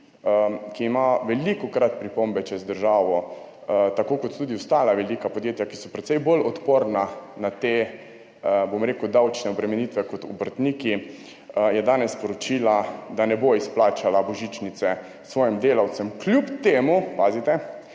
ki ima velikokrat pripombe čez državo, tako kot tudi ostala velika podjetja, ki so precej bolj odporna na te, bom rekel, davčne obremenitve kot obrtniki, je danes sporočila, da ne bo izplačala božičnice svojim delavcem, kljub temu, pazite,